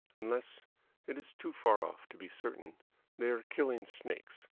unless it is too far off to be certain they are killing snakes.